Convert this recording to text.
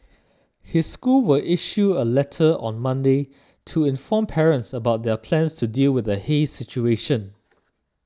his school will issue a letter on Monday to inform parents about their plans to deal with the haze situation